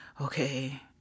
okay